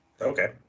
Okay